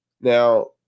Now